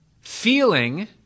feeling